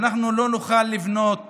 אנחנו לא נוכל לבנות